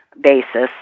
basis